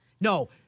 No